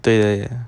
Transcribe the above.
对 ah